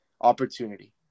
opportunity